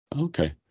Okay